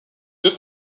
deux